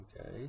okay